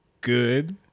good